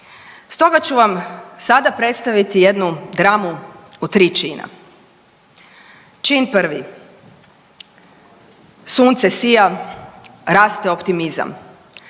stoga ću vam sada predstaviti jednu dramu u tri čina. Čin prvi. Sunce sija, raste optimizam,